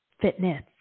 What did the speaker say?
fitness